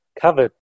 covered